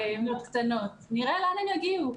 נראה לאן יגיעו.